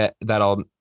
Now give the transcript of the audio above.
that'll